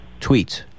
tweets